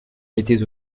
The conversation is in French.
m’étais